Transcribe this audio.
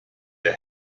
der